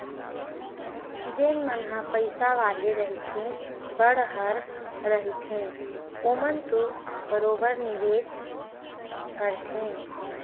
जेन मन ह पइसा वाले रहिथे बड़हर रहिथे ओमन तो बरोबर निवेस करथे